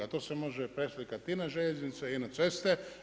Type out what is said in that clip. A to se može preslikati i na željeznice i na ceste.